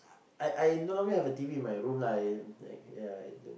I I no longer have a T_V in my room lah I like ya I don't